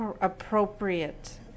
appropriate